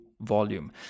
volume